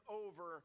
over